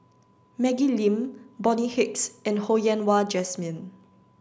Maggie Lim Bonny Hicks and Ho Yen Wah Jesmine